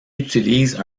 utilise